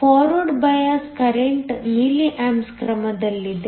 forward bias current milli amps ಕ್ರಮದಲ್ಲಿದೆ